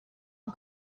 and